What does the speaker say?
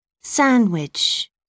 sandwich